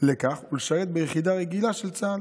לכך ולשרת ביחידה רגילה של צה"ל.